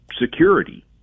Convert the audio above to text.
security